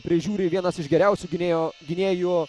prižiūri vienas iš geriausių gynėjo gynėjų